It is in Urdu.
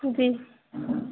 جی